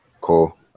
Cool